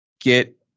get